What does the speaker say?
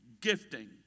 gifting